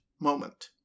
moment